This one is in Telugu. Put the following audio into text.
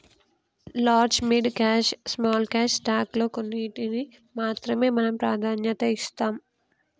large mid cash small cash stock లో కొన్నింటికీ మాత్రమే మనం ప్రాధాన్యత ఇస్తాం